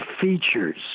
features